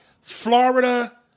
Florida